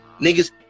niggas